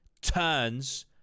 turns